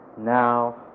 Now